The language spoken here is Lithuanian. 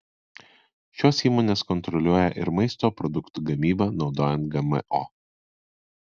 šios įmonės kontroliuoja ir maisto produktų gamybą naudojant gmo